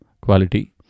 quality